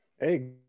Hey